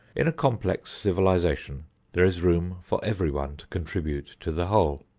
in a complex civilization there is room for everyone contribute to the whole.